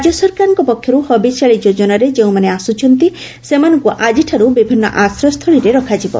ରାଜ୍ୟ ସରକାରଙ୍କ ପକ୍ଷର୍ର ହବିଷ୍ୟାଳି ଯୋଜନାରେ ଯେଉଁମାନେ ଆସୁଛନ୍ତି ସେମାନଙ୍କୁ ଆଜିଠାରୁ ବିଭିନୁ ଆଶ୍ରୟସ୍ଥଳୀରେ ରଖାଯିବ